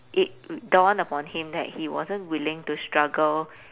it dawned upon him that he wasn't willing to struggle